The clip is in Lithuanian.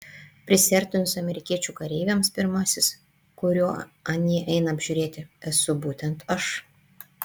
prisiartinus amerikiečių kareiviams pirmasis kurio anie eina apžiūrėti esu būtent aš